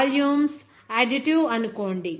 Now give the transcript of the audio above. volumes additive అని అనుకోండి